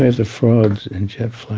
the frogs in jet